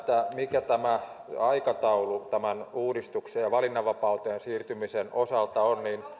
mikä tämä aikataulu tämän uudistuksen ja valinnanvapauteen siirtymisen osalta on